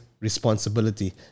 responsibility